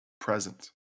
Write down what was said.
present